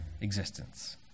existence